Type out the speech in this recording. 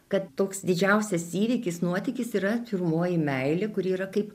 kad toks didžiausias įvykis nuotykis yra pirmoji meilė kuri yra kaip